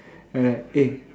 after that eh